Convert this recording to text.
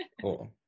Cool